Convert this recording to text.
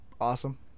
awesome